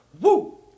Woo